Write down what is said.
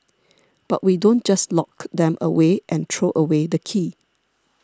but we don't just lock them away and throw away the key